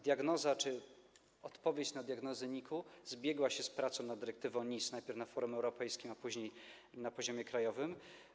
Diagnoza czy odpowiedź na diagnozę NIK-u zbiegła się z pracą nad dyrektywą NIS najpierw na forum europejskim, a później na poziomie krajowym.